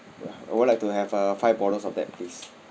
ya I would like to have uh five bottles of that please